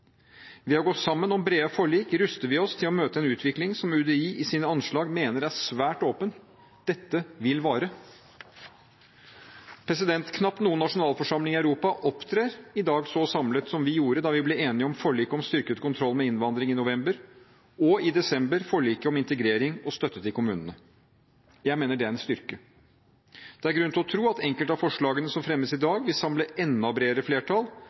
Ved å gå sammen om brede forlik ruster vi oss til å møte en utvikling som UDI i sine anslag mener er svært åpen: Dette vil vare. Knapt noen nasjonalforsamling i Europa opptrer i dag så samlet som vi gjorde da vi i november inngikk forlik om styrket kontroll med innvandring og i desember inngikk forliket om integrering og støtte til kommunene. Jeg mener det er en styrke. Det er grunn til å tro at enkelte av forslagene som fremmes i dag, vil samle enda bredere flertall